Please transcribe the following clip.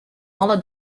alle